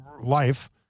life